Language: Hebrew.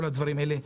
כל הדברים האלה.